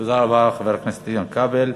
תודה רבה לחבר הכנסת איתן כבל.